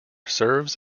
serves